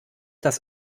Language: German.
das